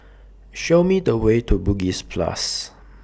Show Me The Way to Bugis Plus